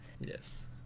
Yes